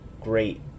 great